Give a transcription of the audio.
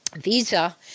visa